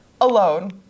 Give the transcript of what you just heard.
alone